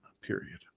period